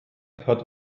hat